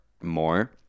more